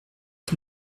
que